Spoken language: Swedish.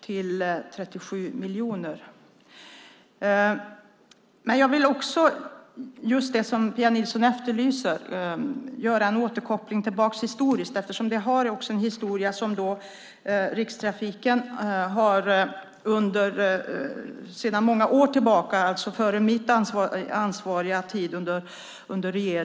Det kommer att uppgå till 37 miljoner. Jag vill göra en historisk återkoppling. Rikstrafiken har sedan många år tillbaka, det vill säga före min tid som ansvarig, tagit tag i detta.